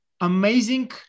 Amazing